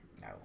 No